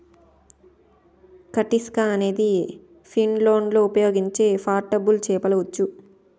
కటిస్కా అనేది ఫిన్లాండ్లో ఉపయోగించే పోర్టబుల్ చేపల ఉచ్చు